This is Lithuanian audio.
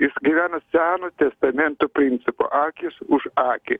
jis gyvena seno testamento principu akys už akį